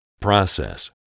Process